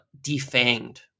defanged